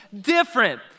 different